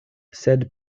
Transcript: sed